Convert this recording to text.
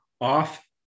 off